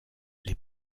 les